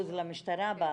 למשטרה.